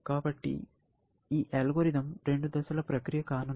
కాబట్టి ఈ అల్గోరిథం రెండు దశల ప్రక్రియ కానుంది